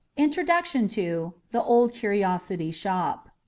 introduction to the old curiosity shop